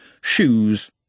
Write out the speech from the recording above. shoes